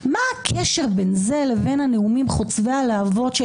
אני רוצה להבין מה הקשר בין זה לבין הנאומים חוצבי הלהבות של